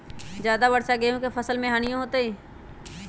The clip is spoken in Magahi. ज्यादा वर्षा गेंहू के फसल मे हानियों होतेई?